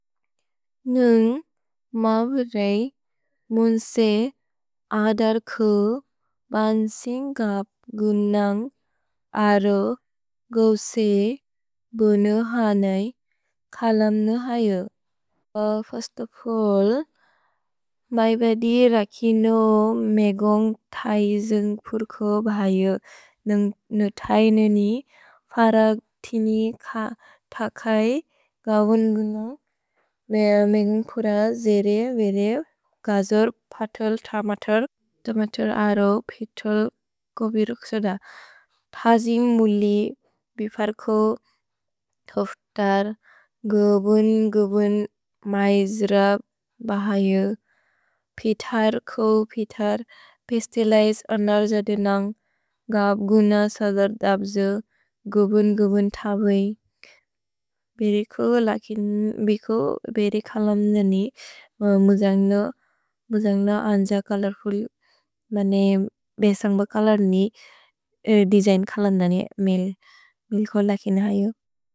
न्न्ग् म व् रेय् म्न् स् अदर् क् बन् सिन् ग्प् ग्न् न्न्ग् अरो ग्व् स् ब्न् ह् न्य् क्लम् न् ह् य्। फिर्स्त् ओफ् अल्ल्, म इ बेदि र कि न् मे ग्न्ग् थै ज्न्ग् प्र्क् भ य्। न्न्ग् न् थै न्नि फर तिनि थकै ग्व्न् ग्न्। न्न्ग् मे ग्न्ग् प्र जेरे व्रे ग्ज्र्, पतुल्, तमतुर्। तमतुर् अरो प्तुल् क् ब्र्क् सोद। तजि म्लि बिफर् क् तोफ्तर् ग्ब्न् ग्ब्न् मैज्र भ य्। प्तर् क् प्तर् पिस्तेलेइस् अनर् जदे न्न्ग् ग्प् ग्न् सदर् दब्ज् ग्ब्न् ग्ब्न् थव्क्। भ्र्क् लकिन् ब्क् ब्र्क् हलन्दनि म्जन्ग्न अन्ज कलर्कुल् बने बेसन्ग्ब कलर्नि दिजय्न् कलन्दनि मिल्। भ्र्क् लकिन् अ य्।